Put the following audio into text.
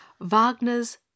Wagner's